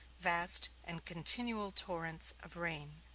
vast and continual torrents of rain.